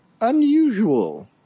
Unusual